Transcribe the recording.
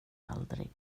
aldrig